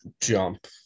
jump